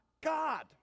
God